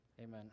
Amen